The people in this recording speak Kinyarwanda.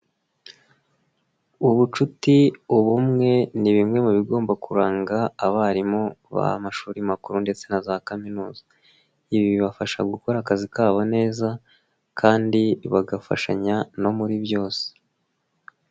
Ubucuti, ubumwe, ni bimwe mu bigomba kuranga abarimu b'amashuri makuru ndetse na za kaminuza. Ibi bibafasha gukora akazi kabo neza kandi bagafashanya no muri byose.